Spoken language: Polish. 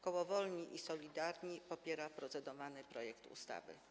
Koło Wolni i Solidarni popiera procedowany projekt ustawy.